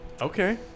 Okay